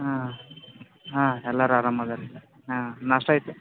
ಹಾಂ ಹಾಂ ಎಲ್ಲರೂ ಆರಾಮ ಅದಾರೆ ರಿ ಹಾಂ ನಾಷ್ಟ ಆಯ್ತಾ